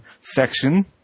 section